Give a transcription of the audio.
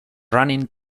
running